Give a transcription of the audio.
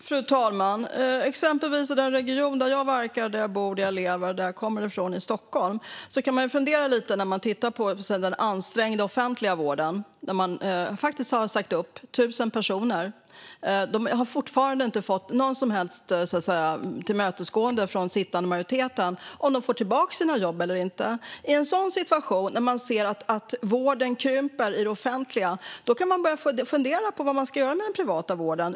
Fru talman! I exempelvis den region som jag verkar i, bor i, lever i och kommer ifrån, det vill säga Stockholm, kan man fundera lite när man tittar på den ansträngda offentliga vården. Man har där sagt upp 1 000 personer. De har fortfarande inte fått något som helst tillmötesgående från den sittande majoriteten när det gäller om de får tillbaka sina jobb eller inte. I en sådan situation, det vill säga när man ser att vården krymper i det offentliga, kan man fundera över vad man ska göra med den privata vården.